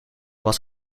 was